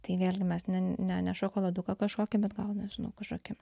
tai vėlgi mes ne ne šokoladuką kažkokią bet gal nežinau kažkokį